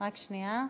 אני אסביר.